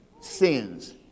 sins